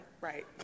right